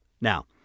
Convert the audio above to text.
Now